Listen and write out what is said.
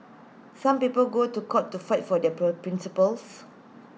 some people go to court to fight for their pro principles